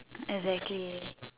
exactly